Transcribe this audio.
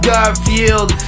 Garfield